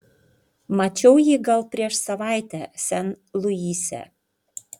mačiau jį gal prieš savaitę sen luise